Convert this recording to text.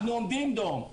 אנחנו עומדים דום.